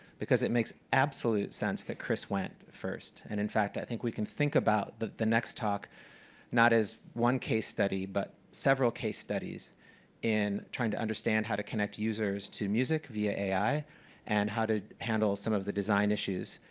because it makes absolute sense that chris went first, and in fact, i think we can think about the the next talk not as one case study, but several case studies in trying to understand how to connect users to music via ai and how to handle some of the design issues.